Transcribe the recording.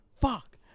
Fuck